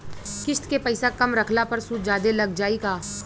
किश्त के पैसा कम रखला पर सूद जादे लाग जायी का?